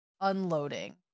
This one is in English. unloading